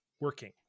working